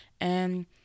And-